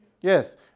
yes